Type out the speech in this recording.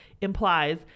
implies